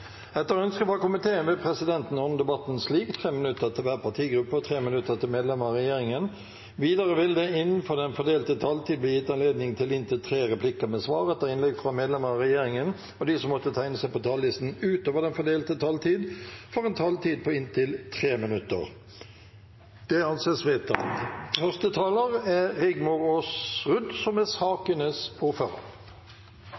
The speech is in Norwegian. Etter ønske fra justiskomiteen vil presidenten ordne debatten slik: 3 minutter til hver partigruppe og 3 minutter til medlemmer av regjeringen. Videre vil det – innenfor den fordelte taletid – bli gitt anledning til inntil fem replikker med svar etter innlegg fra medlemmer av regjeringen, og de som måtte tegne seg på talerlisten utover den fordelte taletid, får også en taletid på inntil 3 minutter. Dette er